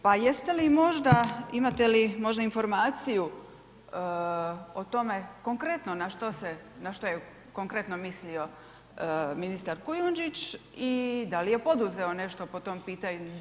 Pa jeste li možda, imate li možda informaciju o tome konkretno, na što se, na što je konkretno mislio ministar Kujunždić i da li je poduzeo nešto po tom pitanju.